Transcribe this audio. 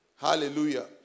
Hallelujah